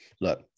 look